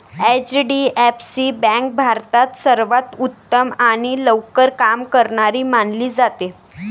HDFC bank भारतात सर्वांत उत्तम आणि लवकर काम करणारी मानली जाते